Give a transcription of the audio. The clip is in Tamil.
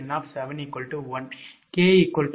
𝑁 அல்லது 𝑘 1